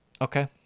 Okay